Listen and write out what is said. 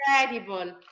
incredible